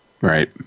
Right